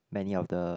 many of the